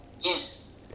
Yes